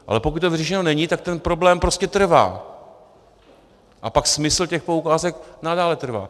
Ale pokud to vyřešeno není, tak ten problém prostě trvá a pak smysl těch poukázek nadále trvá.